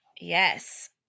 yes